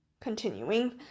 Continuing